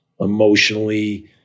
emotionally